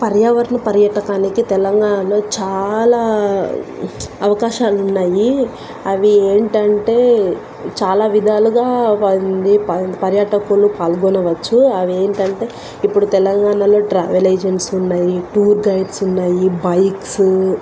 పర్యావరణ పర్యటకానికి తెలంగాణలో చాలా అవకాశాలు ఉన్నాయి అవి ఏమిటి అంటే చాలా విధాలుగా అది పర్యాటకులు పాల్గొనవచ్చు అవి ఏమిటి అంటే ఇప్పుడు తెలంగాణలో ట్రావెల్ ఏజెంట్స్ ఉన్నాయి టూర్ గైడ్స్ ఉన్నాయి బైక్స్